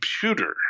computer